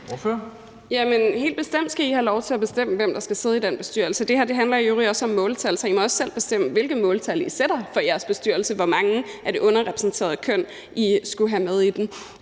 helt bestemt have lov til at bestemme, hvem der skal sidde i den bestyrelse. Det her handler i øvrigt også om måltal, så I må også selv bestemme, hvilke måltal I sætter for jeres bestyrelse for, hvor mange af det underrepræsenterede køn I skal have med i den.